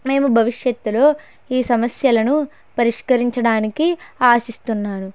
మేము భవిష్యత్తులో ఈ సమస్యలను పరిష్కరించడానికి ఆశిస్తున్నాను